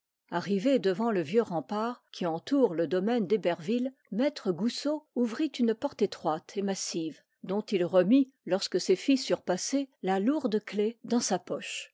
arrivé devant le vieux rempart qui entoure le domaine d'héberville maître goussot ouvrit une porte étroite et massive dont il remit lorsque ses fils eurent passé la lourde clef dans sa poche